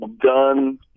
done